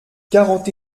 quarante